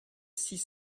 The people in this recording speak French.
six